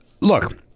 look